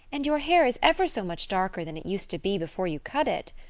and your hair is ever so much darker than it used to be before you cut it.